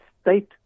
state